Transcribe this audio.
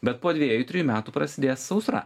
bet po dviejų trijų metų prasidės sausra